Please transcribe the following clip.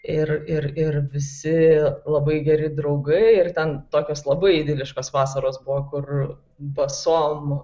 ir ir ir visi labai geri draugai ir ten tokios labai idiliškos vasaros buvo kur basom